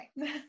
okay